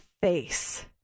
face